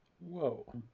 Whoa